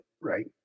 right